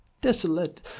desolate